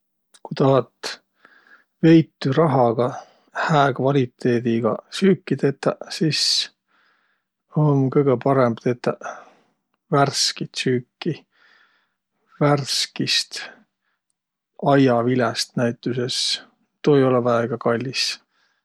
Ku tahat veitü rahagaq hää kvaliteedigaq süüki tetäq, sis um kõgõ parõmb tetäq värskit süüki. Värskist aiaviläst näütüses. Tuu ei olõq väega kallis.